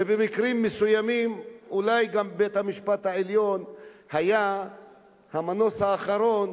ובמקרים מסוימים אולי גם בית-המשפט העליון היה המנוס האחרון